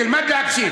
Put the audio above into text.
תלמד להקשיב.